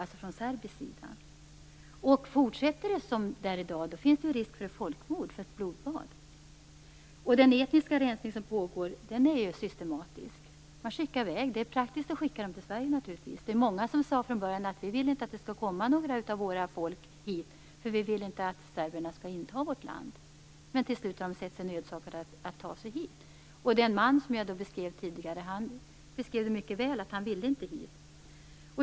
Fortsätter det på samma sätt som i dag, finns det risk för folkmord, ett blodbad. Den etniska rensning som pågår är systematisk. Många skickas iväg. Det är naturligtvis praktiskt att skicka dem till Sverige. Många sade frågan början: Vi vill inte att det skall komma hit några av vårt folk, därför att vi vill inte att serberna skall inta vårt land. Men till slut har de sett sig nödsakade att ta sig dit. Den man som jag tidigare beskrev uttalade mycket väl att han inte ville hit.